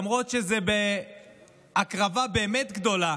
למרות שזה בהקרבה באמת גדולה,